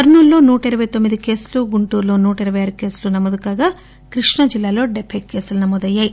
కర్పూలులో నూట ఇరవై తొమ్మిది కేసులు గుంటూరులో నూట ఇరపై ఆరు కేసులు నమోదు కాగా కృష్ణా జిల్లాలో డెబ్బై కేసులు నమోదయ్యాయి